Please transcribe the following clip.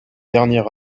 dernier